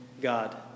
God